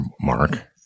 Mark